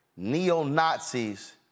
neo-Nazis